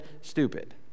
stupid